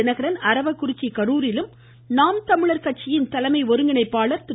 தினகரன் அரவக்குறிச்சி கரூரிலும் நாம் தமிழர் கட்சியின் தலைமை ஒருங்கிணைப்பாளர் திரு